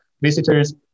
visitors